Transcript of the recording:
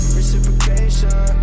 reciprocation